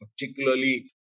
particularly